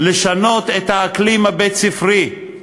לשנות את האקלים הבית-ספרי.